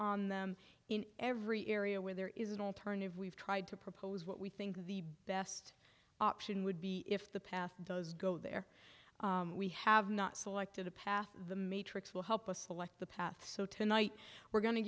on them in every area where there is an alternative we've tried to propose what we think the best option would be if the path of those go there we have not selected a path the matrix will help us select the path so tonight we're going to